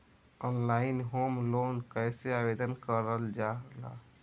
Online home loan कैसे आवेदन करल जा ला?